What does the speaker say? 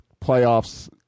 playoffs